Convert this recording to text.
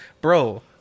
Bro